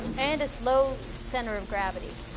and this low center of gravity.